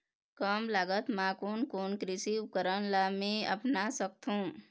कम लागत मा कोन कोन कृषि उपकरण ला मैं अपना सकथो?